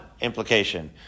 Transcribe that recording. implication